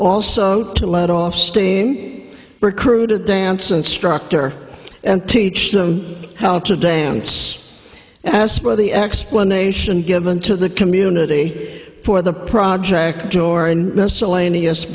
also to let off steam recruited dance instructor and teach them how to dance as the explanation given to the community for the project or in miscellaneous